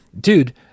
dude